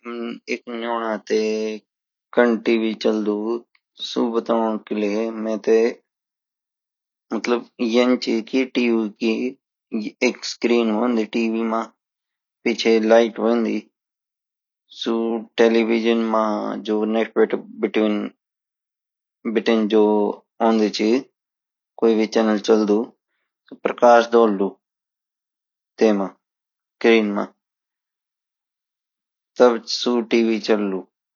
एक न्यूना तै कण तवचलडो सु बतोंडा कई लिए मेते मतलब यंची की टीवी की एक स्क्रीन होंदी टीवी मा पीछे लाइट होंदी सु टेलेवीसों मा जो नेटवर्क बीटिन जो औन्दु ची ची कोई भी चैनल चल्दू सु प्रकाश दोडलु तेमा स्क्रीन माँ तब सु टीवी चल्दु